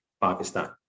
Pakistan